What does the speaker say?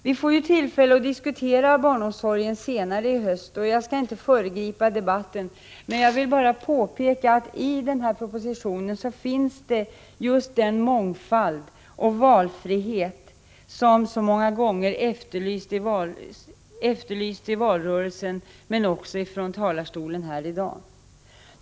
Vi får ju tillfälle att diskutera barnomsorgen senare i höst, och jag skall inte föregripa den debatten, jag vill bara påpeka att barnomsorgspropositionen innehåller just den mångfald och valfrihet som så många gånger har efterlysts i valrörelsen och också här i riksdagen i dag.